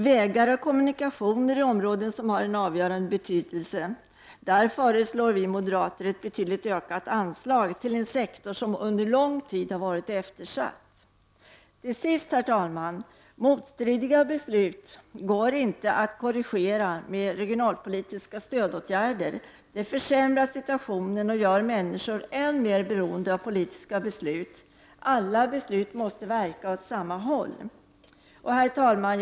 Vägar och kommunikationer är områden som har en avgörande betydelse. Vi moderater föreslår ett betydligt utökat anslag till denna sektor, som under lång tid har varit eftersatt. Herr talman! Motstridiga beslut går inte att korrigera med regionalpolitiska stödåtgärder. Det försämrar situationen och gör människor än mer beroende av politiska beslut. Alla beslut måste verka åt samma håll. Herr talman!